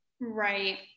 Right